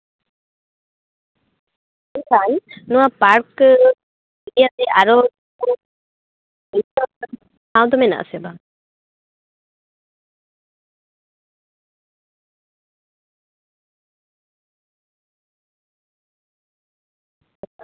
ᱟᱪᱪᱷᱟ ᱱᱚᱣᱟ ᱯᱟᱨᱠ ᱤᱭᱟᱹ ᱛᱮ ᱟᱨᱚ ᱧᱮᱞ ᱡᱚᱝ ᱴᱷᱟᱶ ᱫᱚ ᱢᱮᱱᱟᱜ ᱟᱥᱮ ᱵᱟᱝ